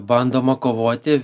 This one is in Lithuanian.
bandoma kovoti